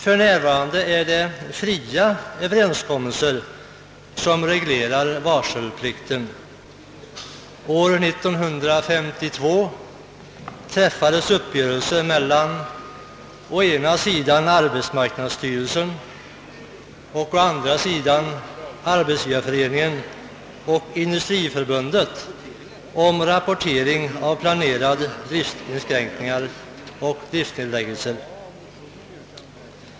För närvarande är det fria överenskommelser som reglerar varselplikten. År 1952 träffades uppgörelse mellan å ena sidan arbetsmarknadsstyrelsen och å andra sidan Arbetsgivareföreningen och Industriförbundet om rapportering av planerade driftsinskränkningar och driftsnedläggningar.